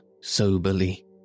soberly